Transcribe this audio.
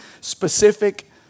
specific